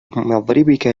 مضربك